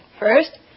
First